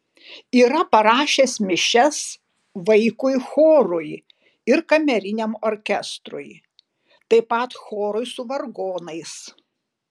yra parašęs mišias vaikui chorui ir kameriniam orkestrui taip pat chorui su vargonais